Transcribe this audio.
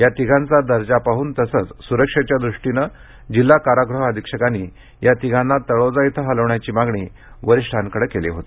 या तिघांचा दर्जा पाहन तसंच स्रक्षेच्या ृष्टीनं असल्यानं जिल्हा कारागृह अधीक्षकांनी या तिघांना तळोजा इथं हलविण्याची मागणी वरिष्ठांकडं केली होती